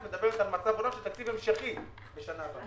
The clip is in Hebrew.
את מדברת על מצב של תקציב המשכי בשנה הזאת?